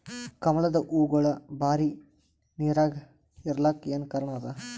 ಕಮಲದ ಹೂವಾಗೋಳ ಬರೀ ನೀರಾಗ ಇರಲಾಕ ಏನ ಕಾರಣ ಅದಾ?